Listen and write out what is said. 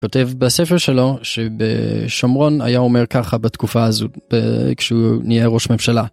כותב בספר שלו שבשומרון היה אומר ככה בתקופה הזאת כשהוא נהיה ראש ממשלה.